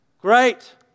Great